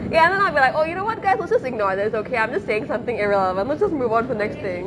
ya then I'll be like oh you know what guys let's just ignore this okay I'm just saying something irrelevant let's just move on to the next thing